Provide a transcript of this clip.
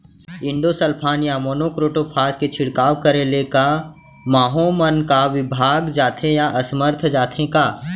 Endosulfan या monocrotophos के छिड़काव करे ले क माहो मन का विभाग जाथे या असमर्थ जाथे का?